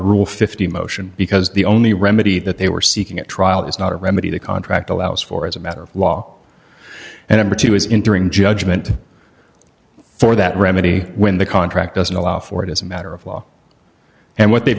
rule fifty motion because the only remedy that they were seeking at trial is not a remedy the contract allows for as a matter of law a number two as interesting judgment for that remedy when the contract doesn't allow for it as a matter of law and what they